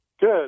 Good